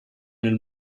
nel